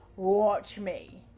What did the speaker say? watch me!